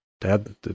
Dad